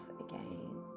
again